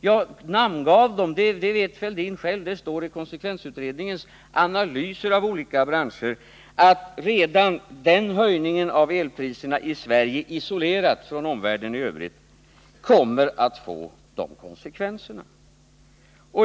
Jag namngav dem, och Thorbjörn Fälldin känner själv till detta — det står i konsekvensutredningen. Analyser av olika branscher visar att redan den höjningen av elpriserna i Sverige, isolerat från omvärlden i övrigt, kommer att få de här konsekvenserna.